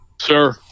Sir